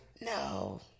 No